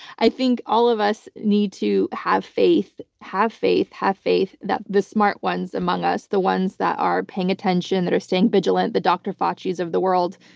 i think all of us need to have faith, have faith, have faith that the smart ones among us, the ones that are paying attention, that are staying vigilant, the dr. fauci's of the world,